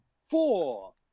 four